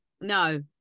No